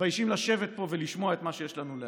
מתביישים לשבת פה ולשמוע את מה שיש לנו להגיד.